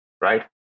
right